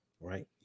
right